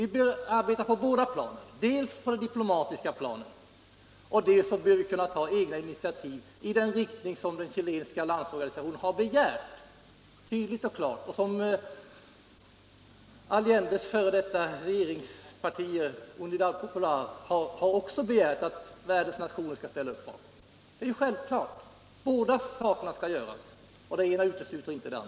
Vi behöver arbeta på båda planen; dels på det diplomatiska planet, dels med egna initiativ i den riktning som den chilenska landsorgani sationen tydligt öch klart har begärt, och som Allendes f. d. regeringsparti, Nr 96 Unidad Popular, också har begärt att världens nationer skall ställa upp den det ej vill röstar nej.